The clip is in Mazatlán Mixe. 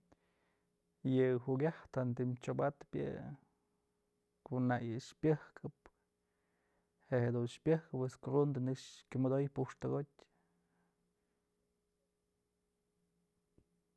Yë jukyajtë jantëm chyobatpë yë ko'o nak yë pyëjkëp je'e jedun pyëjkëp pues krundë nëkx kyomodoy puxtëkotyë.